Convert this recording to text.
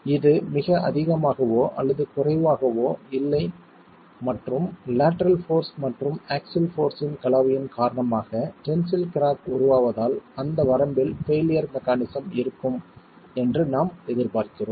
இது மிக அதிகமாகவோ அல்லது குறைவாகவோ இல்லை மற்றும் லேட்டரல் போர்ஸ் மற்றும் ஆக்ஸில் போர்ஸ் இன் கலவையின் காரணமாக டென்சில் கிராக் உருவாவதால் அந்த வரம்பில் பெயிலியர் மெக்கானிஸம் இருக்கும் என்று நாம் எதிர்பார்க்கிறோம்